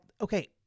okay